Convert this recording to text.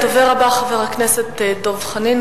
הדובר הבא, חבר הכנסת דב חנין.